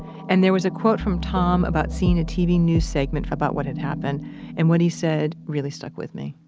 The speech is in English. and there was a quote from tom about seeing a tv news segment about what had happened and what he said really stuck with me.